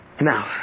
Now